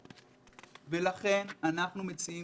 לכן אנחנו מציעים